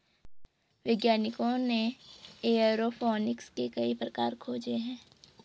वैज्ञानिकों ने एयरोफोनिक्स के कई प्रकार खोजे हैं